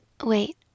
wait